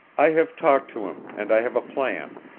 i have talked to him, and i have a plan,